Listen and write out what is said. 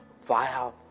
via